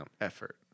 effort